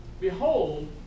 Behold